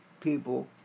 people